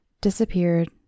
disappeared